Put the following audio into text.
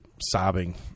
sobbing